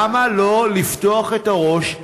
למה לא לפתוח את הראש,